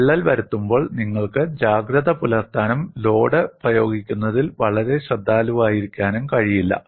വിള്ളൽ വരുത്തുമ്പോൾ നിങ്ങൾക്ക് ജാഗ്രത പുലർത്താനും ലോഡ് പ്രയോഗിക്കുന്നതിൽ വളരെ ശ്രദ്ധാലുവായിരിക്കാനും കഴിയില്ല